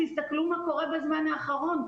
תסתכלו מה קורה בזמן האחרון,